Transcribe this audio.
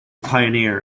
pioneer